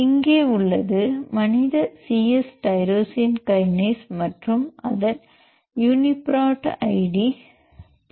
இங்கே உள்ளது மனித சி எஸ் டைரோசின் கைனேஸ் மற்றும் அதன் யூனிபிராட் ஐடி P07947